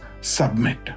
submit